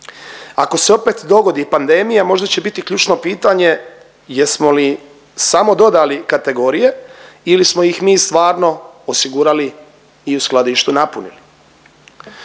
Ako se opet dogodi pandemija, možda će biti ključno pitanje jesmo li samo dodali kategorije ili smo ih mi stvarno osigurali i u skladištu napunili.